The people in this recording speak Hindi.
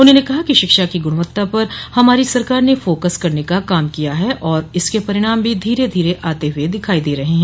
उन्होंने कहा कि शिक्षा की गुणवत्ता पर हमारी सरकार ने फोकस करने का काम किया है और इसके परिणाम भी धीरे धीरे आते हुए दिखाई दे रहे हैं